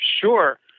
Sure